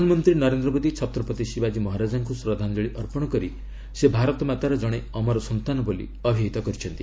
ପ୍ରଧାନମନ୍ତ୍ରୀ ନରେନ୍ଦ୍ର ମୋଦୀ ଛତ୍ରପତି ଶିବାଜୀ ମହାରାଜଙ୍କୁ ଶ୍ରଦ୍ଧାଞ୍ଜଳି ଅର୍ପଣ କରି ସେ ଭାରତମାତାର ଜଣେ ଅମର ସନ୍ତାନ ବୋଲି ଅଭିହିତ କରିଛନ୍ତି